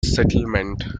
settlement